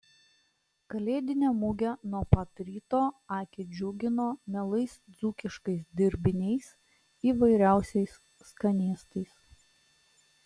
kalėdinė mugė nuo pat ryto akį džiugino mielais dzūkiškais dirbiniais įvairiausiais skanėstais